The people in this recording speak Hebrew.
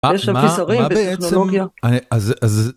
מה בעצם...